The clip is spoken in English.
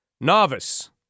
novice